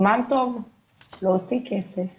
זמן טוב להוציא כסף